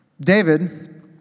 David